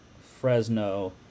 Fresno